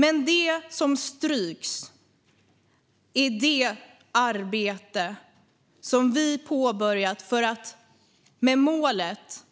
Men det som stryks är det arbete som vi har påbörjat med målet